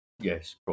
yes